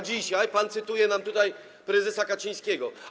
Dzisiaj pan cytuje nam tutaj prezesa Kaczyńskiego.